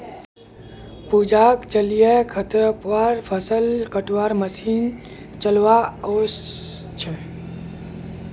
पूजाक जलीय खरपतवार फ़सल कटवार मशीन चलव्वा ओस छेक